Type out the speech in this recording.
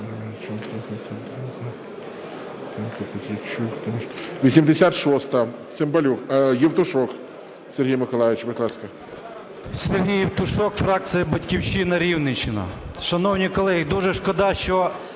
Сергій Євтушок, фракція "Батьківщина", Рівненщина. Шановні колеги, дуже шкода, що